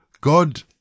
God